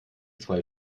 zwei